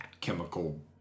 Chemical